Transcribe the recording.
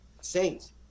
Saints